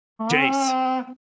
Jace